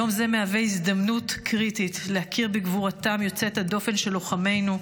יום זה מהווה הזדמנות קריטית להכיר בגבורתם יוצאת הדופן של לוחמינו,